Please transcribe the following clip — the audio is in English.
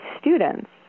students